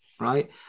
right